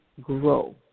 Grow